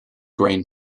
grain